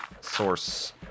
source